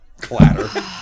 Clatter